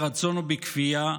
ברצון או בכפייה,